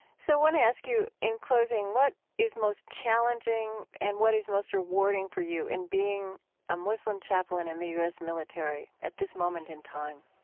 so i want to ask you, in closing, what is most challenging and what is most rewarding for you in being a muslim chaplain in the u s. military at this moment in time?